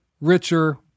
richer